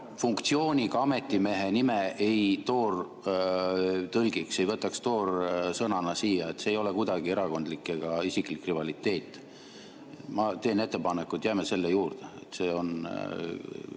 funktsiooniga ametimehe nime ei toortõlgiks, ei võtaks toorsõnana siia. See ei ole kuidagi erakondlik ega isiklik rivaliteet. Ma teen ettepaneku, et jääme selle juurde. Eesti